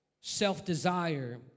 self-desire